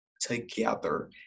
together